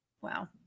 Wow